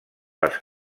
les